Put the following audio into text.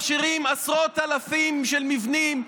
אז עכשיו אתם מכשירים עשרות אלפים של מבנים,